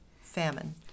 famine